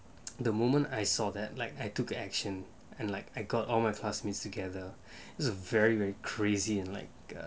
the moment I saw that like I took action and like I got all my classmates together is a very very crazy in like